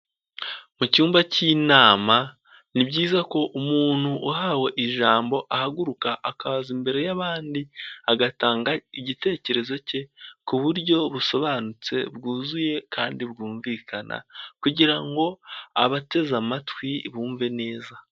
Mu cyumba cy'inama ni byiza ko umuntu uhawe ijambo ahaguruka akaza imbere y'abandi agatanga igitekerezo cye ku buryo busobanutse bwuzuye kandi bwumvikana kugira ngo abateze amatwi bumve neza.